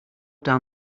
down